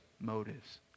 motives